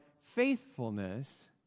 faithfulness